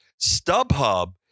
StubHub